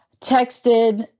texted